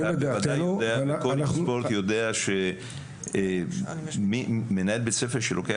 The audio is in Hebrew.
אתה יודע וכל איגוד ספורט יודע שמנהל בית ספר שהופך